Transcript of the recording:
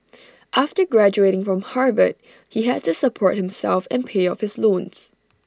after graduating from Harvard he had to support himself and pay off his loans